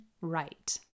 right